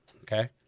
okay